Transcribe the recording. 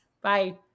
Bye